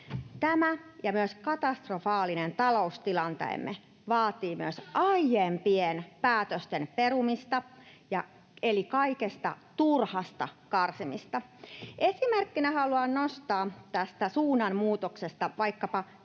Tämä ja katastrofaalinen taloustilanteemme vaativat myös aiempien päätösten perumista eli kaikesta turhasta karsimista. Esimerkkinä tästä suunnanmuutoksesta haluan